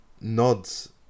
nods